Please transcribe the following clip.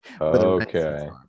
Okay